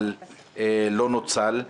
אבל לא נוצל.